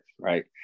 right